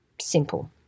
Simple